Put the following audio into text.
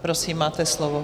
Prosím, máte slovo.